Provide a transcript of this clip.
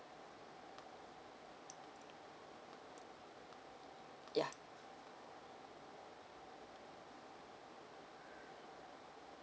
yeah